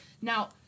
Now